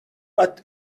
but